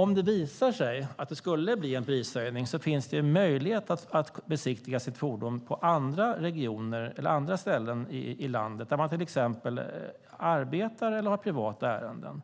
Om det visar sig att det skulle bli en prishöjning finns det en möjlighet att besiktiga sitt fordon på andra ställen i landet, till exempel där man arbetar eller har privata ärenden.